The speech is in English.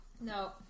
No